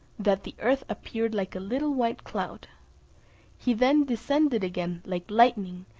that the earth appeared like a little white cloud he then descended again like lightning,